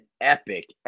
epic